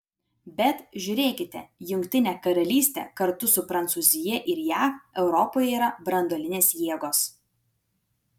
bet žiūrėkite jungtinė karalystė kartu su prancūzija ir jav europoje yra branduolinės jėgos